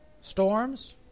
Storms